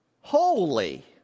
holy